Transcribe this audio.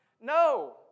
No